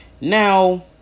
Now